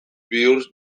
bihur